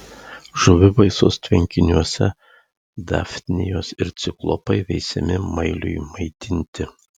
žuvivaisos tvenkiniuose dafnijos ir ciklopai veisiami mailiui maitinti